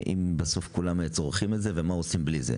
בסוף כולם צורכים את זה ומה עושים בלי זה?